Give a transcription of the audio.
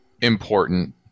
important